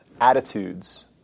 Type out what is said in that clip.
attitudes